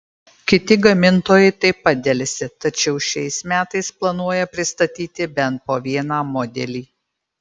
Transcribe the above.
kiti gamintojai taip pat delsia tačiau šiais metais planuoja pristatyti bent po vieną modelį